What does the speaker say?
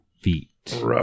feet